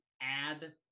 add